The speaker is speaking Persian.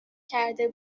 کرده